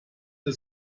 der